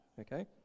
okay